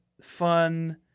fun